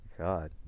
god